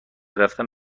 رفتن